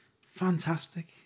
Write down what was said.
Fantastic